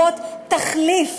לשמש תחליף